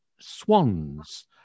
swans